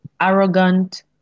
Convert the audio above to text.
arrogant